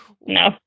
no